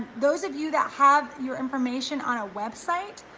those of you that have your information on a website,